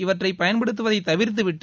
இவற்றை பயன்படுத்துவதை தவிர்த்துவிட்டு